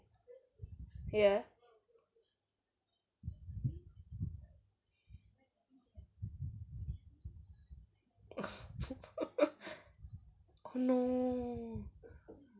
ya oh no